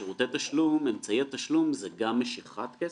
אמצעי התשלום זה גם משיכת כסף,